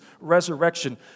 resurrection